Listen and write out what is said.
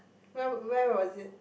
where where was it